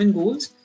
goals